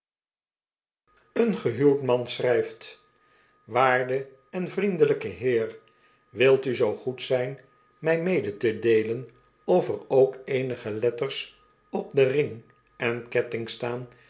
een gehuwd man schrijft waarde en vriendelijke heer wilt u zoo goed zijn mij mede te deelen of er ook eenige letters op den ring en ketting staan